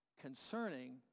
concerning